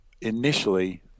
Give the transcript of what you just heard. initially